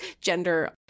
gender